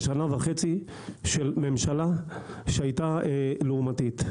של שנה וחצי של ממשלה שהייתה לאומתית.